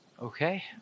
Okay